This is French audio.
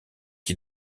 qui